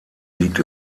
liegt